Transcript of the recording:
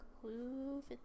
Clue